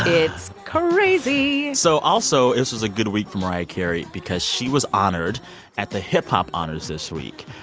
it's crazy so also, this was a good week for mariah carey because she was honored at the hip-hop honors this week.